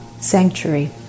sanctuary